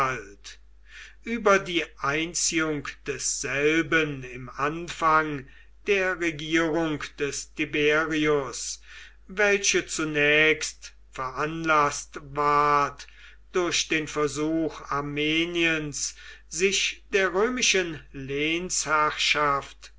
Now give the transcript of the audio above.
über die einziehung desselben im anfang der regierung des tiberius welche zunächst veranlaßt ward durch den versuch armeniens sich der römischen